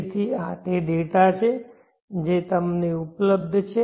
તેથી આ તે ડેટા છે જે તમને ઉપલબ્ધ છે